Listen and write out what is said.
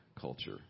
culture